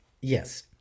Yes